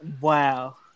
wow